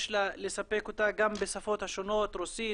יש לספק אותה גם בשפות השונות רוסית,